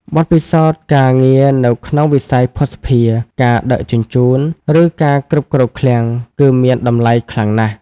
បទពិសោធន៍ការងារនៅក្នុងវិស័យភស្តុភារ ការដឹកជញ្ជូន ឬការគ្រប់គ្រងឃ្លាំង គឺមានតម្លៃខ្លាំងណាស់។